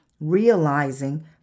realizing